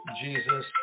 Jesus